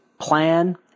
plan